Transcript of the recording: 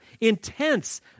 intense